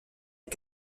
les